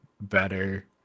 better